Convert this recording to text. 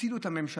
הצילו את הממשלה,